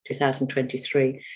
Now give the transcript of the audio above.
2023